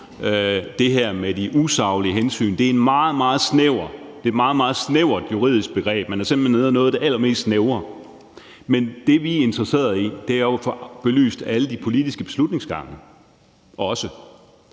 sat sit blå stempel på det, og det er et meget, meget snævert juridisk begreb. Man er simpelt hen nede i noget af det allermest snævre. Men det, vi er interesseret i, er jo at få belyst alle de politiske beslutningsgange også.